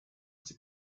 its